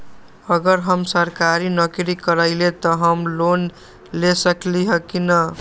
अगर हम सरकारी नौकरी करईले त हम लोन ले सकेली की न?